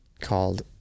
called